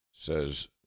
says